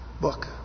book